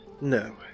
no